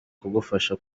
kugufasha